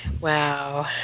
Wow